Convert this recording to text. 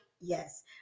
Yes